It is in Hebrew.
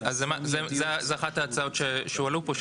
זו אחת ההצעות שהועלו פה,